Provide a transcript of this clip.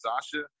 Sasha